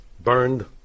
Burned